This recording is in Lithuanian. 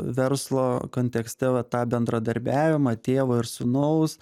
verslo kontekste va tą bendradarbiavimą tėvo ir sūnaus